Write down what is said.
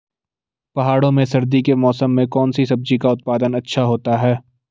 पहाड़ों में सर्दी के मौसम में कौन सी सब्जी का उत्पादन अच्छा होता है?